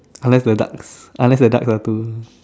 I like the ducks I like the ducks they're too